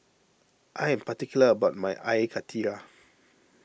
I am particular about my Air Karthira